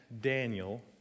Daniel